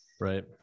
Right